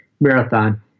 marathon